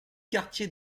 quartier